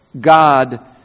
God